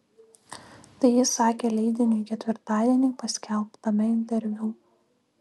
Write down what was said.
tai jis sakė leidiniui ketvirtadienį paskelbtame interviu